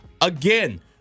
Again